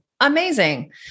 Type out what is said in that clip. Amazing